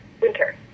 winter